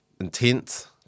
intense